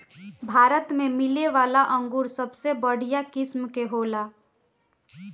भारत में मिलेवाला अंगूर सबसे बढ़िया किस्म के होला